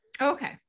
Okay